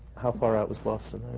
how far out was boston?